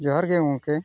ᱡᱚᱦᱟᱨᱜᱮ ᱜᱚᱢᱠᱮ